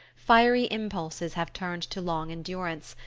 fiery impulses have turned to long endurance,